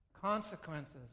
Consequences